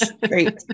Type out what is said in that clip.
Great